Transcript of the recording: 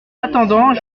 attendant